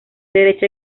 derecha